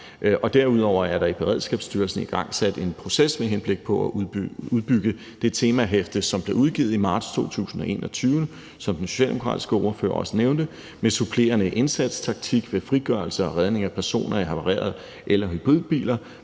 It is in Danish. Derudover er der i Beredskabsstyrelsen igangsat en proces med henblik på at udbygge det temahæfte, som blev udgivet i marts 2021, som den socialdemokratiske ordfører også nævnte, med supplerende indsatstaktik ved frigørelse og redning af personer i havarerede el- og hybridbiler.